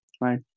right